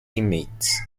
teammates